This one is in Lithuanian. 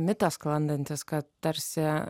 mitas sklandantis kad tarsi